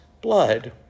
blood